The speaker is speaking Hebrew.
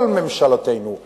כל ממשלותינו,